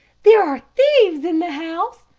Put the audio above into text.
there are thieves in the house,